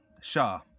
Shah